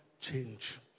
change